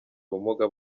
ubumuga